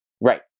Right